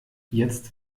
jetzt